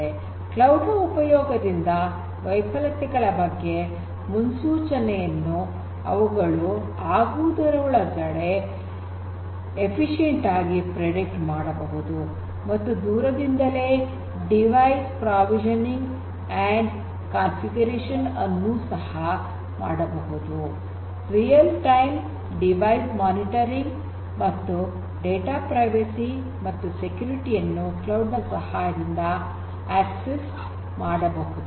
cloud ನ ಉಪಯೋಗದಿಂದ ವೈಫಲ್ಯತೆಗಳ ಬಗ್ಗೆ ಮುನ್ಸೂಚನೆಯನ್ನು ಅವುಗಳು ಆಗುವುದರೊಳಗೆ ಎಫಿಷಿಯೆಂಟ್ ಆಗಿ ಪ್ರೆಡಿಕ್ಟ್ ಮಾಡಬಹುದು ಮತ್ತು ದೂರದಿಂದಲೇ ಡಿವೈಸ್ ಪ್ರಾವಿಷನಿಂಗ್ ಮತ್ತು ಕಾಂಫಿಗರೇಷನ್ ಅನ್ನು ಸಹ ಮಾಡಬಹುದು ರಿಯಲ್ ಟೈಮ್ ಡಿವೈಸ್ ಮಾನಿಟರಿಂಗ್ ಮತ್ತು ಡೇಟಾ ಪ್ರೈವಸಿ ಮತ್ತು ಸೆಕ್ಯೂರಿಟಿ ಯನ್ನು ಕ್ಲೌಡ್ ನ ಸಹಾಯದಿಂದ ಆಕ್ಸೆಸ್ ಮಾಡಬಹುದು